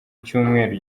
cyumweru